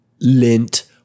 lint